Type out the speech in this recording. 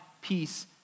peace